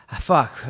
Fuck